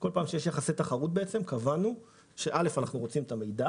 כל פעם שיש יחסי תחרות קבענו שאנחנו רוצים את המידע